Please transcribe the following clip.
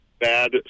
bad